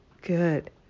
good